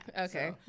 okay